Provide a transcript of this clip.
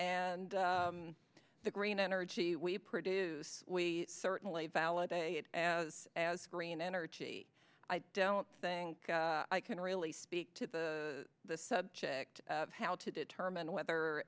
and the green energy we produce we certainly valid a it as a as green energy i don't think i can really speak to the the subject of how to determine whether